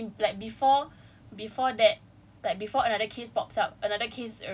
like everytime another one comes and then like uh yet again but like in like before